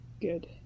Good